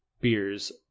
beers